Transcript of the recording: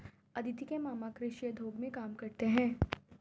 अदिति के मामा कृषि उद्योग में काम करते हैं